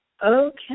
Okay